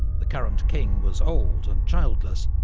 the current king was old and childless,